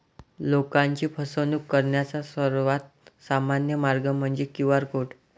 लोकांची फसवणूक करण्याचा सर्वात सामान्य मार्ग म्हणजे क्यू.आर कोड